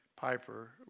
Piper